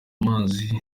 amazi